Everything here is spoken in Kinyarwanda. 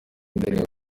ndirimbo